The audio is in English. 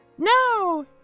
No